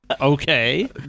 Okay